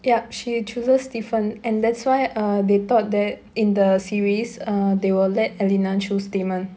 yup she chooses stefan and that's why err they thought that in the series err they will let elena choose damon